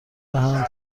دهند